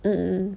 mm mm